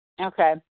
Okay